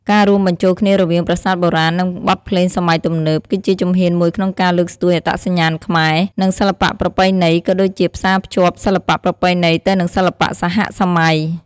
ការរួមបញ្ចូលគ្នារវាងប្រាសាទបុរាណ និងបទភ្លេងសម័យទំនើប គឺជាជំហានមួយក្នុងការលើកស្ទួយអត្តសញ្ញាណខ្មែរ និងសិល្បៈប្រពៃណី ក៏ដូចជាផ្សារភ្ជាប់សិល្បៈប្រពៃណីទៅនឹងសិល្បៈសហសម័យ។